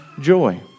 joy